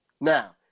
Now